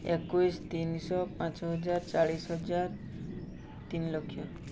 ଏକୋଇଶି ତିନିଶହ ପାଞ୍ଚ ହଜାର ଚାଳିଶ ହଜାର ତିନି ଲକ୍ଷ